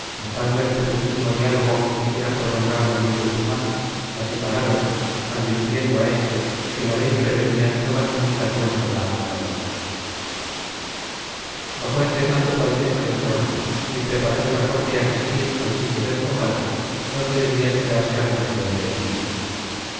notando el pequeñísimo diálogo que quisiera prolongar don luis de guzmán la separaron advirtiendo a éste que la ley prevenía toda comunicación con la acusadora bajó entretanto su alteza del trono y preparóse la corte a asistir al sitio del combate donde debía esperarse al campeón de elvira